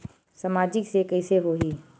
सामाजिक से कइसे होही?